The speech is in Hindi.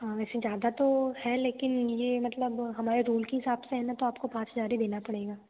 हाँ वैसे ज़्यादा तो है लेकिन ये मतलब हमारे रूल के हिसाब से है ना तो आपको पाँच हजार ही देना पड़ेगा